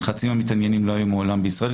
חצי מהמתעניינים לא היו מעולם בישראל,